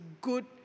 good